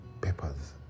papers